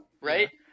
right